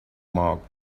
mark